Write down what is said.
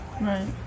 Right